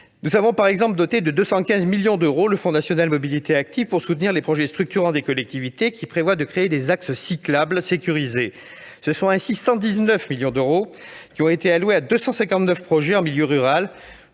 Nous avons par exemple doté de 215 millions d'euros le fonds national Mobilités actives pour soutenir les projets structurants des collectivités qui prévoient de créer des axes cyclables sécurisés. Ce sont ainsi 119 millions qui ont été alloués à 259 projets en milieu rural.